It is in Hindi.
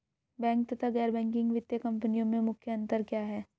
बैंक तथा गैर बैंकिंग वित्तीय कंपनियों में मुख्य अंतर क्या है?